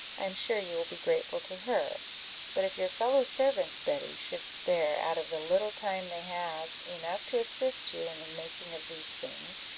i am sure you will be grateful to her but if your fellow-servants, betty, should spare, out of the little time they have, enough to assist you in the making of these things,